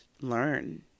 learn